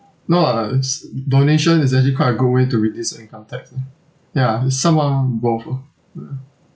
no lah is donation is actually quite a good way to reduce income tax ya it's somewhat more involved ah mm